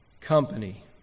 company